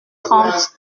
trente